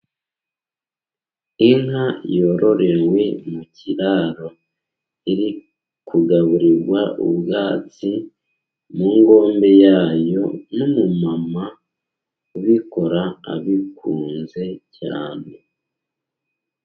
Inka yororewe mu kiraro, iri kugaburirwa ubwatsi mu ngombe yayo, n'umumama ubikora abikunze cyane.